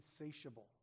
insatiable